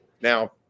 Now